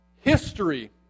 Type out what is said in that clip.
history